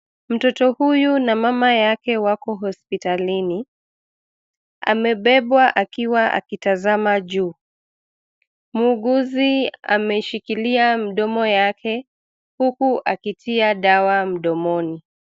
Mtoto huyu na mama yake wako hospitalini, amebebwa akiwa akitazama juu, muuguzi ameshikilia mdomo yake, huku akitia dawa mdomoni.